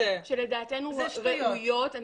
זה שטויות.